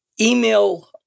email